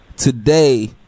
today